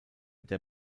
der